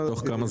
תוך כמה זמן?